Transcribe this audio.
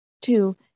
Two